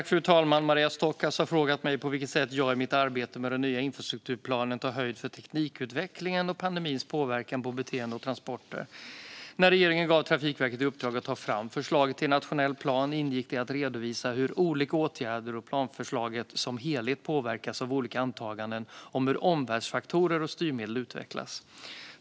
Fru talman! Maria Stockhaus har frågat mig på vilket sätt jag i mitt arbete med den nya infrastrukturplanen tar höjd för teknikutvecklingen och pandemins påverkan på beteenden och transporter. När regeringen gav Trafikverket i uppdrag att ta fram förslag till nationell plan ingick det att redovisa hur olika åtgärder och planförslaget som helhet påverkas av olika antaganden om hur omvärldsfaktorer och styrmedel utvecklas.